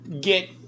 get